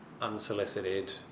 unsolicited